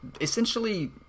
essentially